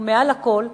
ומעל לכול,